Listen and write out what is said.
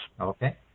Okay